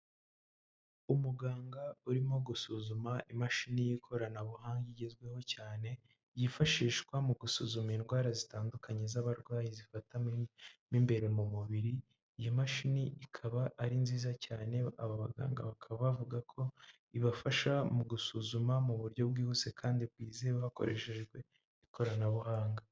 Umuganga urimo gusuzuma imashini y'ikoranabuhanga igezweho cyane yifashishwa mu gusuzuma indwara zitandukanye z'abarwayi zifata mu imbere mu mubiri, iyo mashini ikaba ari nziza cyane aba baganga bakaba bavuga ko ibafasha mu gusuzuma mu buryo bwihuse kandi bwizewe hakoreshejwe ikoranabuhanga.